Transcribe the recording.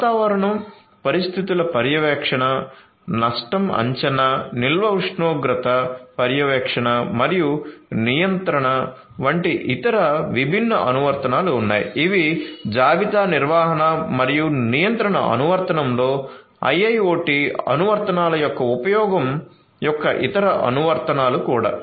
వాతావరణ పరిస్థితుల పర్యవేక్షణ నష్టం అంచనా నిల్వ ఉష్ణోగ్రత పర్యవేక్షణ మరియు నియంత్రణ వంటి ఇతర విభిన్న అనువర్తనాలు ఉన్నాయి ఇవి జాబితా నిర్వహణ మరియు నియంత్రణ అనువర్తనంలో IIoT అనువర్తనాల ఉపయోగం యొక్క ఇతర అనువర్తనాలు కూడా